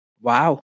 wow